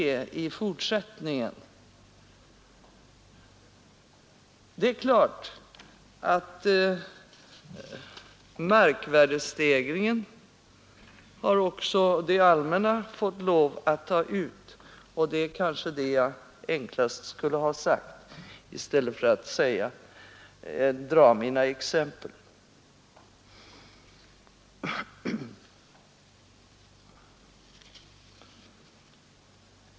Markvärdestegringen har naturligtvis också det allmänna fått lov att ta ut, och det hade kanske varit det enklaste att säga i stället för att dra mina exempel.